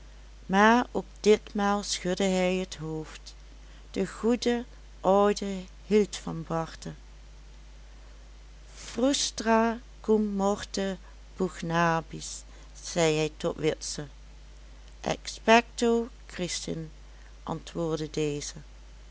maar ook ditmaal schudde hij het hoofd de goede oude hield van barte frustra cum morte pugnabis zei hij tot witse exspecto crisin antwoordde deze